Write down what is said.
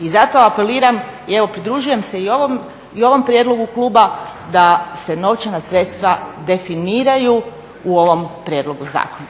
I zato apeliram i evo pridružujem se i ovom prijedlogu kluba da se novčana sredstva definiraju u ovom prijedlogu zakona.